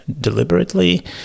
deliberately